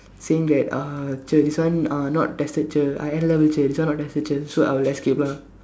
saying that uh cher this one uh not tested cher I N-level cher this one not tested cher so I'll escape ah